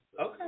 okay